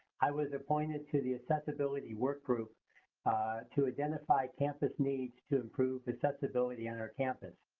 i was appointed to the accessibility work group to identify campus needs to improve accessibility on our campus.